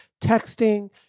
texting